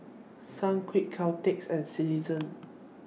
Sunquick Caltex and Citizen